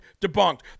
debunked